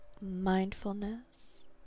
mindfulness